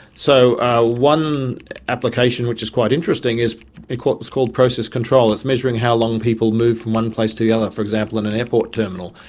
so ah one application which is quite interesting is what's called process control, it's measuring how long people move from one place to the other, for example in an airport terminal.